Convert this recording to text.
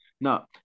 no